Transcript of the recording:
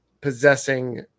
possessing